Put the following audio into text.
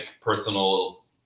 personal